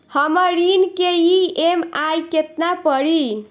हमर ऋण के ई.एम.आई केतना पड़ी?